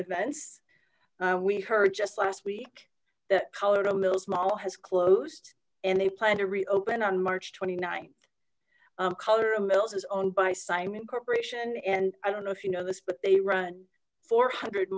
events we heard just last week that colorado mills mall has closed and they plan to reopen on march th colorado mills is owned by simon corporation and i don't know if you know this but they run four hundred